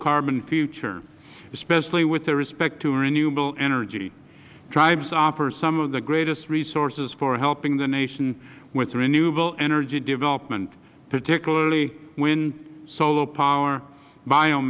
carbon future especially with respect to renewable energy tribes offer some of the greatest resources for helping the nation with renewable energy development particularly wind solar power b